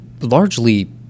largely